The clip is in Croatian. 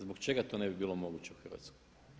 Zbog čega to ne bi bilo moguće u Hrvatskoj?